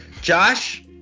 Josh